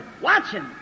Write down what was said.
Watching